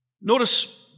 Notice